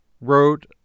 wrote